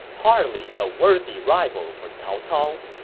hardly a worthy rival for cao cao.